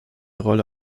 rolle